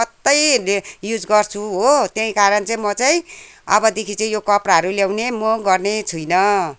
मात्रै युज गर्छु हो त्यही कारण चाहिँ म चाहिँ अबदेखि चाहिँ यो कपडाहरू ल्याउने म गर्ने छुइनँ